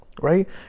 right